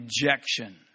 injection